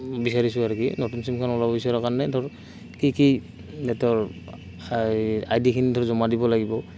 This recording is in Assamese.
বিচাৰিছোঁ আৰু কি নতুন চিমখন ওলাব বিচৰা কাৰণে ধৰ কি কি নেতৰ আই ডি খিনি ধৰ জমা দিব লাগিব